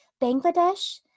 Bangladesh